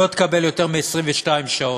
לא תקבל יותר מ-22 שעות.